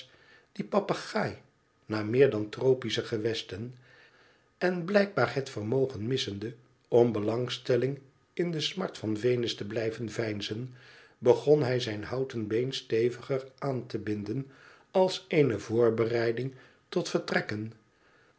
dien papegaai naar meer dan tropische gewesten en blijkbaar het vermogen missende om belangstelling in de smart van venus te blijven veinzen begon hij zijn houten been steviger aan te binden als eene voorbereiding tot vertrekken